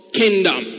kingdom